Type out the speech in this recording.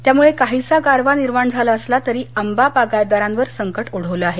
त्यामुळे काहीसा गारवा निर्माण झाला असला तरी आंबा बागायतदारांवर संकट ओढवलं आहे